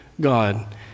God